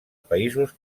països